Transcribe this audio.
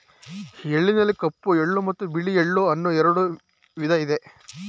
ಎಳ್ಳಿನಲ್ಲಿ ಕಪ್ಪು ಎಳ್ಳು ಮತ್ತು ಬಿಳಿ ಎಳ್ಳು ಅನ್ನೂ ಎರಡು ವಿಧ ಇದೆ